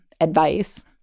advice